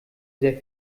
sehr